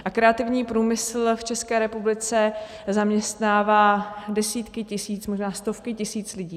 A kreativní průmysl v České republice zaměstnává desítky tisíc, možná stovky tisíc lidí.